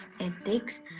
ethics